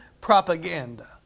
propaganda